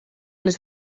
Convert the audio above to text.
les